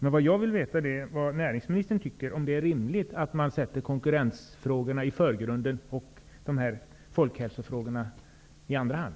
Det jag vill veta är om näringsministern tycker att det är rimligt att man sätter konkurrensfrågorna i förgrunden och folkhälsofrågorna i andra hand.